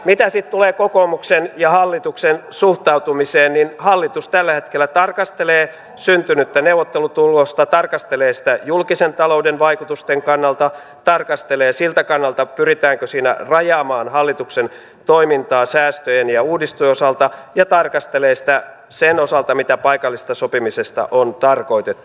mitä sitten tulee kokoomuksen ja hallituksen suhtautumiseen niin hallitus tällä hetkellä tarkastelee syntynyttä neuvottelutulosta tarkastelee sitä julkisen talouden vaikutusten kannalta tarkastelee siltä kannalta pyritäänkö siinä rajaamaan hallituksen toimintaa säästöjen ja uudistusten osalta ja tarkastelee sitä sen osalta mitä paikallisesta sopimisesta on tarkoitettu